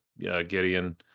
Gideon